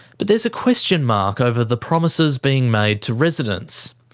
but there's a question mark over the promises being made to residents.